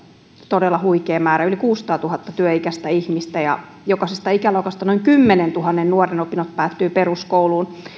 todella huikea määrä yli kuusisataatuhatta työikäistä ihmistä ja jokaisesta ikäluokasta noin kymmenentuhannen nuoren opinnot päättyy peruskouluun